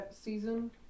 season